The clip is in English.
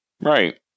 Right